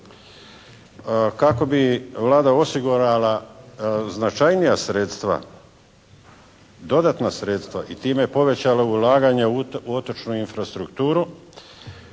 Kako bi Vlada osigurala značajnija sredstva, dodatna sredstva i time povećala ulaganja u otočnu infrastrukturu